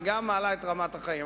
וגם מעלה את רמת החיים.